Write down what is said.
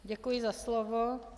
Děkuji za slovo.